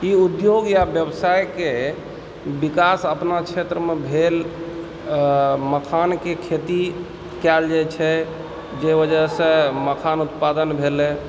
ई उद्योग या व्यवसायके विकास अपना क्षेत्रमे भेल मखानके खेती कयल जाइत छै जाहि वजहसँ मखान उत्पादन भेलय